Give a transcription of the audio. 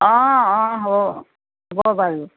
অঁ অঁ হ হ'ব বাৰু